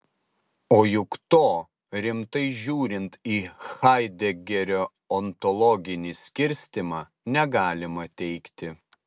o juk to rimtai žiūrint į haidegerio ontologinį skirstymą negalima teigti